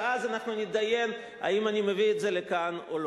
ואז אנחנו נתדיין אם אני מביא את זה לכאן או לא.